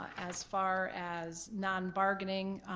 as far as non-bargaining,